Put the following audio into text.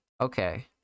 Okay